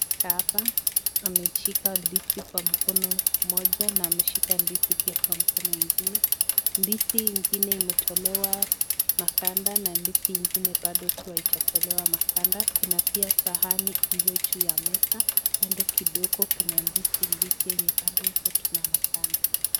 kaa hapa ameshika ndizi kwa mkono moja na amashika ndizi pia kwa mkono ingine, ndizi ingine ametolewa maganda na ndizi ngine bado tu haijatolewa maganda kuna pia sahani iloyojuu ya meza kando kidogo kuna ndizi mbichi yenye badotu iko na maganda.